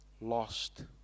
lost